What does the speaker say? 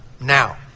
now